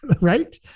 right